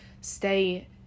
stay